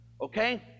Okay